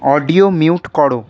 audio mute করো